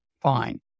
fine